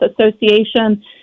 Association